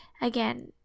again